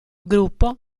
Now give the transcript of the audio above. gruppo